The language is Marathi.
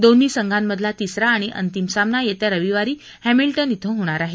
दोन्ही संघांमधला तिसरा आणि अंतिम सामना येत्या रविवारी हॅम्लिंटन क्षे होणार आहे